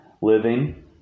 Living